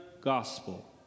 gospel